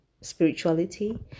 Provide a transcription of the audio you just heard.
spirituality